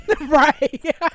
right